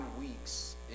weeks